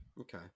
Okay